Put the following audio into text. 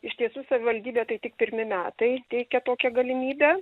iš tiesų savivaldybė tai tik pirmi metai teikia tokią galimybę